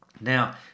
Now